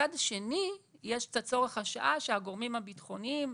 מצד שני יש את צורך השעה שהגורמים הביטחוניים